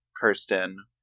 Kirsten